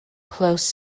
closed